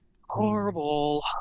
Horrible